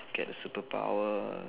okay the superpower